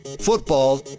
Football